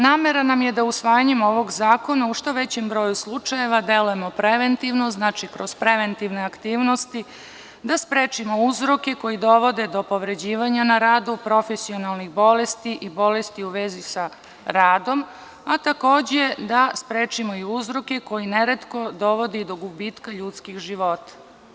Namera nam je da usvajanjem ovog zakona u što većem broju slučajeva delujemo preventivno, znači kroz preventivne aktivnosti, da sprečimo uzroke koji dovode do povređivanja na radu, profesionalnih bolesti i bolesti u vezi sa radom, a takođe da sprečimo i uzroke koji neretko dovode do gubitka ljudskih života.